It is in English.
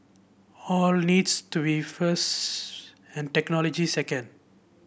all needs to be first and technology second